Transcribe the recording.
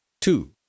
Two